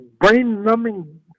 brain-numbing